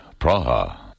Praha